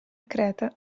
creta